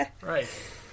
Right